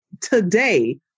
today